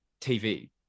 TV